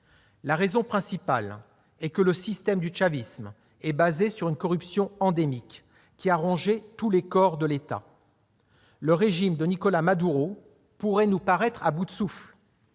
La raison principale est que le système du chavisme est fondé sur une corruption endémique ayant rongé tous les corps de l'État. Le régime de Nicolás Maduro pourrait nous paraître à bout de souffle.